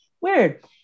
Weird